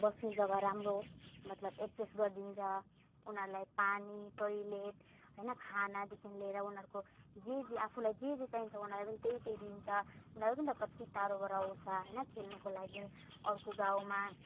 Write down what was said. बस्ने जग्गा राम्रो मतलब एडजस्ट गरिदिन्छ उनीहरूलाई पानी टोइलेट होइन खानादेखि लिएर उनीहरूको जे जे आफूलाई जे जे चाहिन्छ उनीहरूलाई पनि त्यही त्यही दिन्छ उनीहरू पनि त कति टाढोबाट आउँछ होइन खेल्नुको लागि अर्को गाउँमा